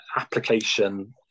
application